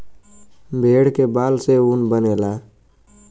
भेड़ के बाल से ऊन बनेला